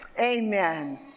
Amen